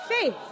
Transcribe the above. Faith